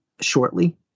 shortly